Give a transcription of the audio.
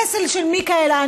הפסל של מיכלאנג'לו,